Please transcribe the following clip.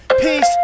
peace